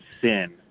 sin